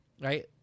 right